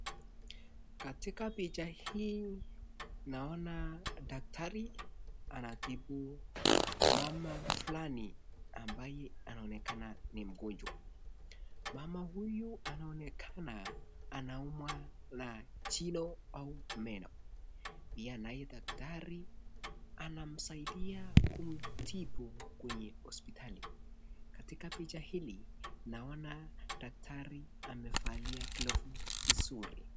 Katika picha hii naona daktari anatibu mama fulani, ambaye anaonekana ni mgonjwa. Mama huyu anaonekana anaumwa na jino au meno. Pia naye daktari anamsaidia kumtibu kwenye hospitali. Katika picha hili naona daktari amevalia glovu vizuri.